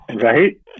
right